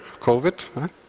COVID